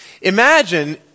Imagine